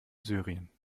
syrien